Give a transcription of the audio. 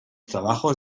trabajos